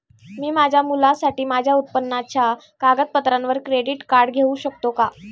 मी माझ्या मुलासाठी माझ्या उत्पन्नाच्या कागदपत्रांवर क्रेडिट कार्ड घेऊ शकतो का?